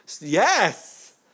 Yes